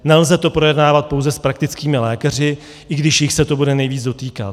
Nelze to projednávat pouze s praktickými lékaři, i když jich se to bude nejvíc dotýkat.